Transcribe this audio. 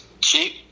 cheap –